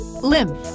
Lymph 。